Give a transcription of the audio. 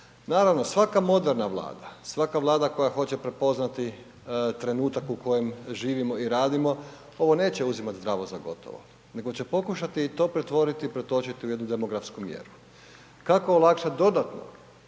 Naravno, svaka moderna Vlada, svaka Vlada koja hoće prepoznati trenutak u kojem živimo i radimo ovo neće uzimat zdravo za gotovo, nego će pokušati i to pretvoriti i pretočiti u jednu demografsku mjeru. Kako olakšat dodatno